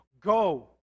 go